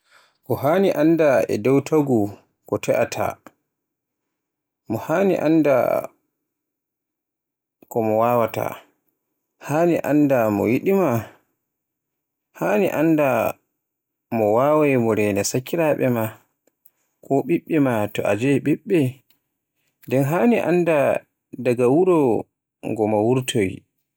Ko haani annda e dow taagu mo te'ata, mi haani Mo annda ko mi wawaata, haani annda mi yiɗima, haani annda mi waawai mo rena sakiraaɓe maa, ko ɓiɓɓe maa to a jeyi ɓiɓɓe. Nden haani annda daga wuro ngo mo wurtoyoy.